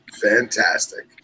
fantastic